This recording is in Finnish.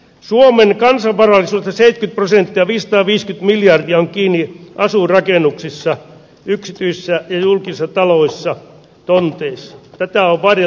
suomen kansanvarallisuutta seitkyt prosenttia niistä viisi miljardia on kiinni asuinrakennuksissa yksityisissä ja julkiset taloissa tunteissa kauppa ja